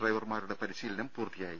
ഡ്രൈവർമാരുടെ പരിശീലനം പൂർത്തിയായി